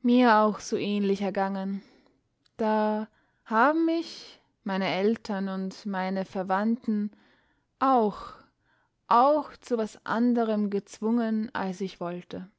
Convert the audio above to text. mir auch so ähnlich ergangen da haben mich meine eltern und meine verwandten auch auch zu was anderem gezwungen als ich wollte